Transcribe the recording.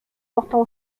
portant